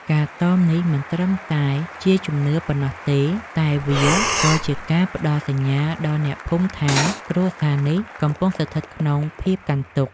ការតមនេះមិនត្រឹមតែជាជំនឿប៉ុណ្ណោះទេតែវាក៏ជាការផ្ដល់សញ្ញាដល់អ្នកភូមិថា គ្រួសារនេះកំពុងស្ថិតក្នុងភាពកាន់ទុក្ខ។